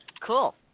cool